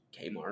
Kmart